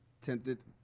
tempted